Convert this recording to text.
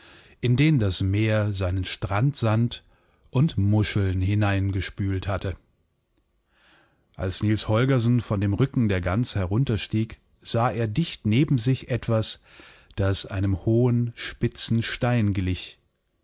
in den das meer seinenstrandsandundmuschelnhineingespülthatte als niels holgersen von dem rücken der gans herunterstieg sah er dicht neben sich etwas das einem hohen spitzen stein